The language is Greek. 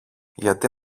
γιατί